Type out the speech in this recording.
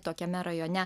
tokiame rajone